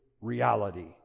reality